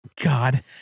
God